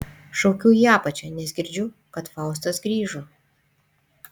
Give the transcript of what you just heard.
šaukiu į apačią nes girdžiu kad faustas grįžo